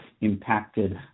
impacted